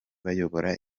bayobora